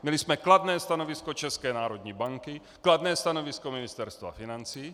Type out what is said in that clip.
Měli jsme kladné stanovisko České národní banky, kladné stanovisko Ministerstva financí.